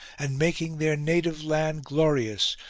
and making their native land glorious,